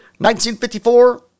1954